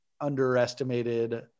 underestimated